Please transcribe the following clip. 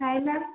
hi ma'am